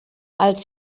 als